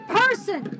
person